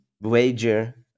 wager